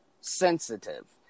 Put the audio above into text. sensitive